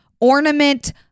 ornament